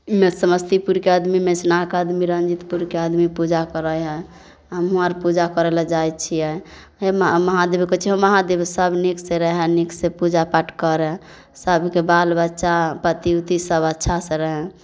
मे समस्तीपुरके आदमी मैसिनाके आदमी रनजीतपुरके आदमी पूजा करै हइ हमहूँ आओर पूजा करैलए जाइ छिए हे महादेवके कहै छिए हओ महादेव से सभ नीकसे रहै नीकसे पूजा पाठ करै सभके बालबच्चा पति उति सभ अच्छा से रहै